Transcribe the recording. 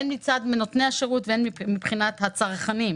הן מצד נותני השירות והן מבחינת הצרכנים.